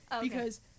because-